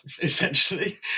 essentially